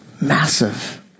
massive